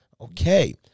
Okay